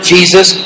Jesus